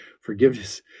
Forgiveness